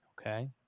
Okay